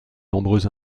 nombreux